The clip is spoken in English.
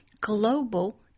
global